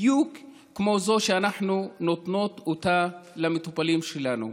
בדיוק כמו זו שאנחנו נותנות למטופלים שלנו.